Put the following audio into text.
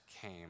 came